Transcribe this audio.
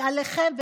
הוא עליכם,